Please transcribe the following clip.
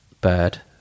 bird